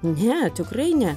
ne tikrai ne